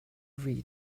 read